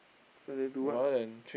Sunday do what